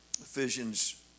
Ephesians